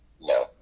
no